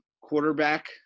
quarterback